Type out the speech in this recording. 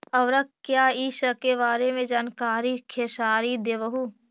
उर्वरक क्या इ सके बारे मे जानकारी खेसारी देबहू?